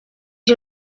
you